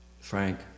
Frank